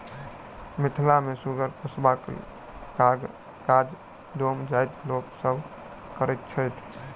मिथिला मे सुगर पोसबाक काज डोम जाइतक लोक सभ करैत छैथ